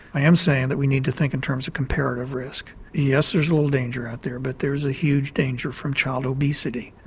i am saying that we need to think in terms of comparative risk. yes, there's a little danger out there but there is a huge danger from child obesity.